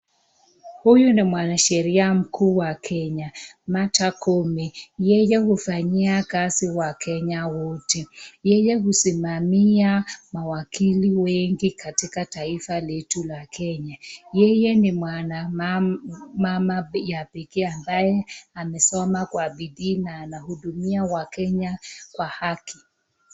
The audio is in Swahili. Huyu ni mwanasheria mkuu wa kenya, Martha Koome, yeye hufanyia wakenya wote, yeye husimamia mawakili wengi katika taifa letu la Kenya. Yeye ni mwanamama ya pekee ambaye amesoma kwa bidii na anahudumia wakenya kwa haki.